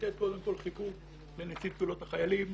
לתת קודם כל חיבוק לנציב קבילות החיילים